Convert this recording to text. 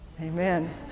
amen